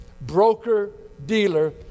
broker-dealer